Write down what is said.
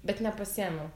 bet nepasiėmiau